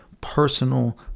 personal